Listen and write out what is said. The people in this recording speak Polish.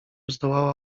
zdołała